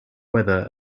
weather